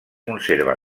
conserva